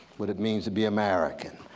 what it means to be american,